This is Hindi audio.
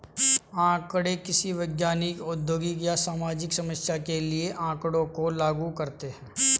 आंकड़े किसी वैज्ञानिक, औद्योगिक या सामाजिक समस्या के लिए आँकड़ों को लागू करते है